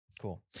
cool